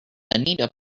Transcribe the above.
anita